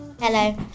Hello